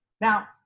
Now